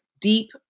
deep